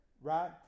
right